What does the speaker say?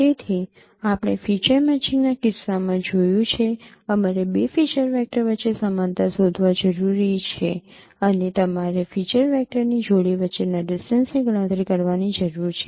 તેથી આપણે feature matching ના કિસ્સામાં જોયું છે અમારે બે ફીચર વેક્ટર વચ્ચે સમાનતા શોધવા જરૂરી છે અથવા તમારે ફીચર વેક્ટર ની જોડી વચ્ચેના ડિસ્ટન્સની ગણતરી કરવાની જરૂર છે